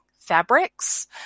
fabrics